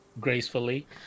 gracefully